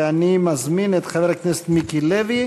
אני מזמין את חבר הכנסת מיקי לוי.